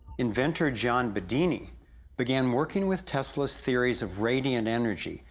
inventor john bedini began working with tesla's theories of radiant energy,